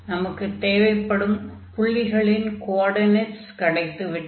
நமக்கு தேவைப்படும் புள்ளிகளின் கோஆர்டினேட்ஸ் கிடைத்துவிட்டன